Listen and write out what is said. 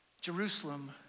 Jerusalem